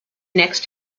next